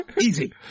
easy